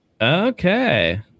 okay